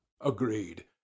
Agreed